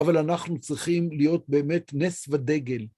אבל אנחנו צריכים להיות באמת נס ודגל.